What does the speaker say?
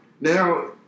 Now